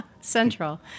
Central